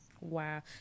wow